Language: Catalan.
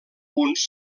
punts